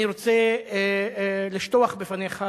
אני רוצה לשטוח בפניך,